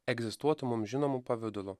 egzistuotų mum žinomu pavidalu